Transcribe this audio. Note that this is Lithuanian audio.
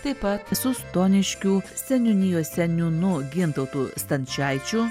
taip pat su stoniškių seniūnijos seniūnu gintautu stančaičiu